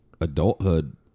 adulthood